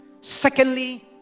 Secondly